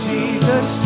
Jesus